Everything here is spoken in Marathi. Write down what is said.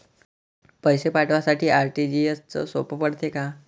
पैसे पाठवासाठी आर.टी.जी.एसचं सोप पडते का?